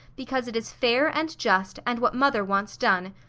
because it is fair and just, and what mother wants done.